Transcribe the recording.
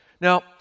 Now